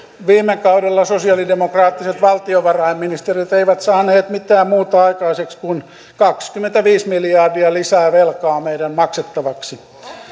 viime kaudella sosialidemokraattiset valtiovarainministerit eivät saaneet mitään muuta aikaiseksi kuin kaksikymmentäviisi miljardia lisää velkaa meidän maksettavaksemme